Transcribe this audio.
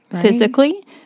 physically